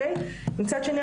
מצד שני,